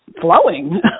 flowing